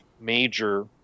major